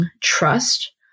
trust